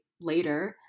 later